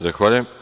Zahvaljujem.